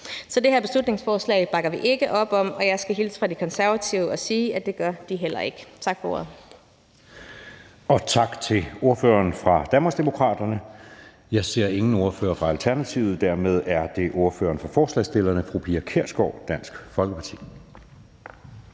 Så det her beslutningsforslag bakker vi ikke op om, og jeg skal hilse fra De Konservative og sige, at det gør de heller ikke. Tak for ordet. Kl. 13:32 Anden næstformand (Jeppe Søe): Tak til ordføreren for Danmarksdemokraterne. Jeg ser ingen ordfører for Alternativet, og dermed er det ordføreren for forslagsstillerne, fru Pia Kjærsgaard, Dansk Folkeparti.